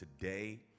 today